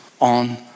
on